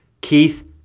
Keith